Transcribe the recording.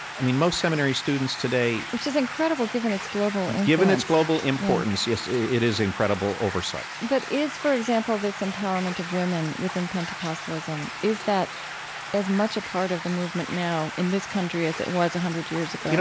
i mean, most seminary students today, which is incredible, given its global influence and given its global importance, yes, it is incredible oversight but is, for example, this empowerment of women within pentecostalism, is that as much a part of the movement now in this country as it was a hundred years ago? you know,